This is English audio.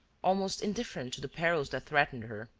almost indifferent to the perils that threatened her.